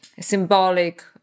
symbolic